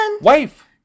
Wife